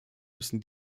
müssen